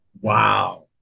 Wow